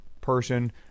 person